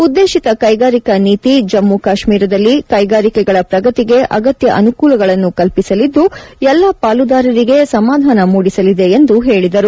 ಉದ್ದೇಶಿತ ಕೈಗಾರಿಕಾ ನೀತಿ ಜಮ್ಮು ಕಾಶ್ಮೀರದಲ್ಲಿ ಕೈಗಾರಿಕೆಗಳ ಪ್ರಗತಿಗೆ ಅಗತ್ಯ ಅನುಕೂಲಗಳನ್ನು ಕಲ್ಪಿಸಲಿದ್ದು ಎಲ್ಲ ಪಾಲುದಾರರಿಗೆ ಸಮಾಧಾನ ಮೂದಿಸಲಿದೆ ಎಂದು ಹೇಳಿದರು